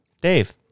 dave